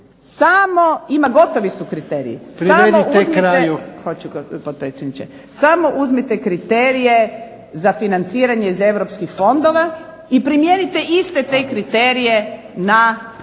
potpredsjedniče. Samo uzmite kriterije za financiranje iz europskih fondova i primijenite te iste kriterije na